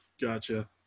Gotcha